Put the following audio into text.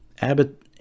Abbott